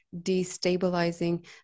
destabilizing